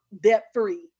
debt-free